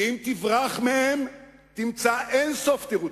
ואם תברח מהם תמצא אין-סוף תירוצים,